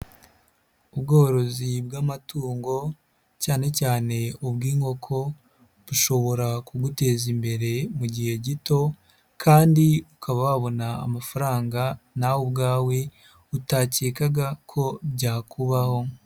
Ubworozi bw'amatungo cyane cyane ubw'inkoko bushobora kuguteza imbere mu gihe gito kandi ukaba wabona amafaranga nawe ubwawe utakekaga ko byakubaho.